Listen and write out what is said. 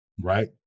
Right